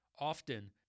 Often